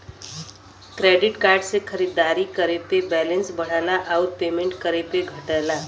credit card से खरीदारी करे पे बैलेंस बढ़ला आउर पेमेंट करे पे घटला